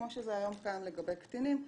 כמו שמופיע היום כאן לגבי קטינים,